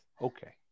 Okay